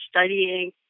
studying